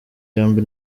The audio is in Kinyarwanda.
yombi